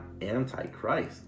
anti-Christ